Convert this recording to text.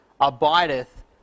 abideth